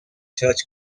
church